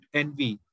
envy